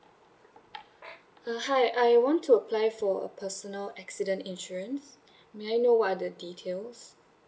uh hi I want to apply for a personal accident insurance may I know what are the details